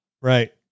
Right